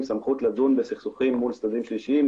סמכות לדון בסכסוכים מול צדדים שלישיים.